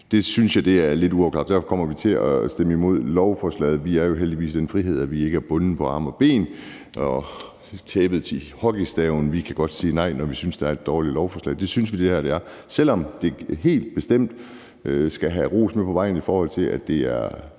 Det synes jeg er lidt uafklaret. Derfor kommer vi til at stemme imod lovforslaget. Vi har jo heldigvis den frihed, at vi ikke er bundet på arme og ben og tapet til hockeystaven. Vi kan godt sige nej, når vi synes, der er et dårligt lovforslag. Det synes vi at det her er, selv om det helt bestemt skal have ros med på vejen, i forhold til at det er